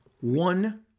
One